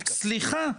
סליחה,